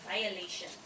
violation